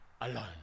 alone